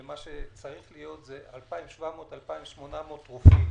הוא 2,700 2,800 רופאים.